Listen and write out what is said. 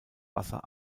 wasser